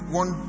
one